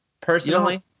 personally